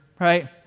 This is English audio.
right